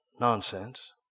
nonsense